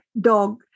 dog